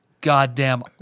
Goddamn